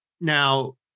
Now